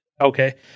okay